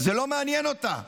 זה לא מעניין אותה,